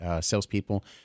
salespeople